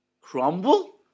crumble